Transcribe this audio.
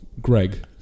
Greg